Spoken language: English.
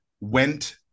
went